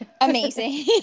Amazing